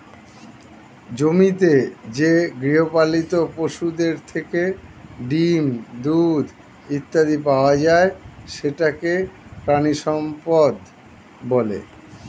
জমিতে যে গৃহপালিত পশুদের থেকে ডিম, দুধ ইত্যাদি পাওয়া যায় সেটাকে প্রাণিসম্পদ বলে